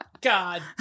God